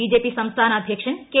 BJP സംസ്ഥാന അധൃക്ഷൻ K